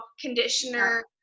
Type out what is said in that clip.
conditioner